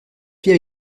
pied